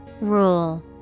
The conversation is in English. Rule